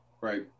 Right